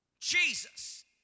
Jesus